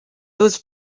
was